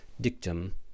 dictum